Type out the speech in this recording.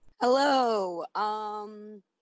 Hello